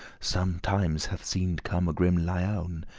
sometimes hath seemed come a grim lioun,